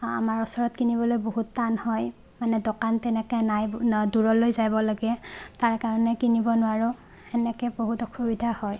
আমাৰ ওচৰত কিনিবলৈ বহুত টান হয় মানে দোকান তেনেকৈ নাই অঁ দূৰলৈ যাব লাগে তাৰ কাৰণে কিনিব নোৱাৰোঁ সেনেকৈ বহুত অসুবিধা হয়